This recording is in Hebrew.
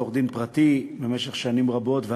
לפעמים זה